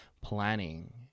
planning